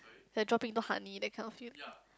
like dropping into honey that kind of feel